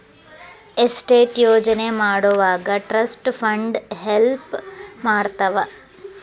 estate ಯೋಜನೆ ಮಾಡೊವಾಗ trust fund help ಮಾಡ್ತವಾ